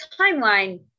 timeline